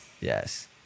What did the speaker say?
Yes